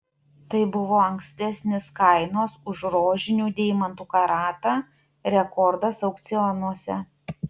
tai buvo ankstesnis kainos už rožinių deimantų karatą rekordas aukcionuose